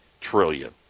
trillion